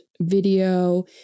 video